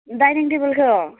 dining टेबोलखौ